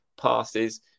passes